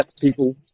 people